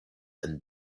and